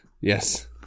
Yes